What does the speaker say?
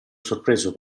sorpreso